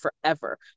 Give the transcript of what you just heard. forever